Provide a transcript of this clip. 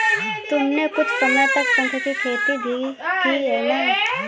तुमने कुछ समय तक शंख की खेती भी की है ना?